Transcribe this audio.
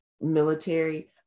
military